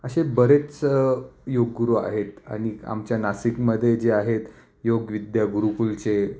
असे बरेच योगगुरू आहेत आणि आमच्या नासिकमध्ये जे आहेत योग विद्या गुरुकुलचे